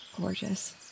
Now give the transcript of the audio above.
gorgeous